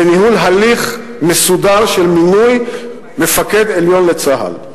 לניהול הליך מסודר של מינוי מפקד עליון לצה"ל.